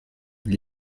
gli